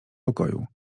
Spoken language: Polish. pokoju